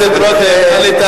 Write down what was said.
חבר הכנסת רותם, נא להתאפק.